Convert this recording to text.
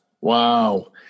wow